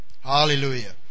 Hallelujah